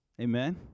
Amen